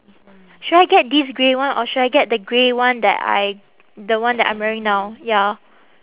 should I get this grey one or should I get the grey one that I the one that I'm wearing now ya